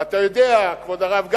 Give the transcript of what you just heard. ואתה יודע, כבוד הרב גפני,